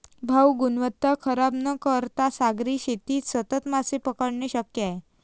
भाऊ, गुणवत्ता खराब न करता सागरी शेतीत सतत मासे पकडणे शक्य आहे